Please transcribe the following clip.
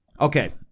Okay